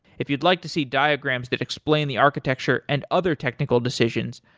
if you'd like to see diagrams that explain the architecture and other technical decisions,